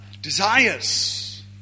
desires